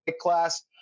Class